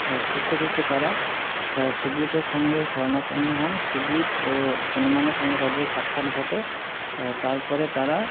খুঁজতে খুঁজতে তাঁরা সুগ্রীবের সঙ্গে শরণাপন্ন হন সুগ্রীব ও হনুমানের সঙ্গে তাদের সাক্ষাৎ ঘটে তারপরে তারা